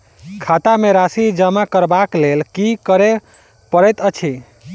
खाता मे राशि जमा करबाक लेल की करै पड़तै अछि?